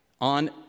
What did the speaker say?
On